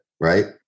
right